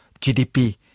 GDP